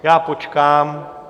Já počkám.